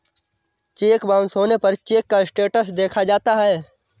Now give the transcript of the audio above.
check bounce होने पर cheque का स्टेटस देखा जाता है